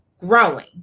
growing